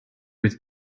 with